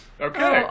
Okay